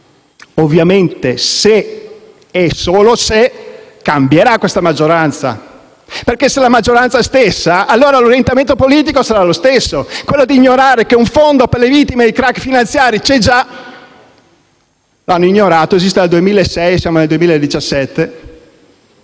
ovviamente se - e solo se - cambierà questa maggioranza. Ma, se la maggioranza sarà la stessa, allora l'orientamento politico sarà lo stesso: quello di ignorare che un fondo per le vittime di crac finanziari c'era già. Lo hanno ignorato. Esiste dal 2006 e siamo nel 2017.